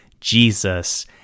Jesus